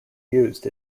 used